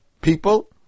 people